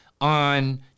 on